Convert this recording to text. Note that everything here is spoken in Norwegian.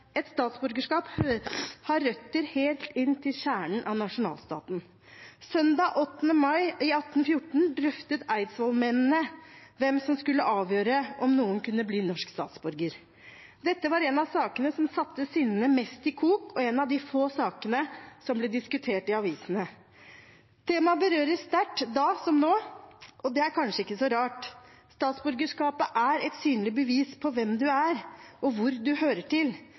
Et statsborgerskap har røtter helt inn til kjernen av nasjonalstaten. Søndag 8. mai 1814 drøftet eidsvollsmennene hvem som skulle avgjøre om noen kunne bli norsk statsborger. Dette var en av sakene som satte sinnene mest i kok, og en av de få sakene som ble diskutert i avisene. Det man berørte sterkt da som nå – og det er kanskje ikke så rart – er at statsborgerskapet er et synlig bevis på hvem du er, og hvor du hører til,